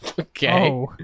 Okay